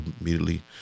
immediately